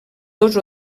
dos